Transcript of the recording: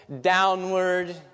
downward